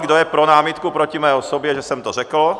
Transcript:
Kdo je pro námitku proti mé osobě, že jsem to řekl?